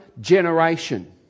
generation